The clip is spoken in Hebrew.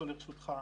לא נתנו.